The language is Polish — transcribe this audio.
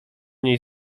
niej